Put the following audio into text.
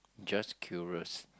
just curious